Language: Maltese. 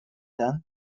dan